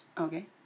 Okay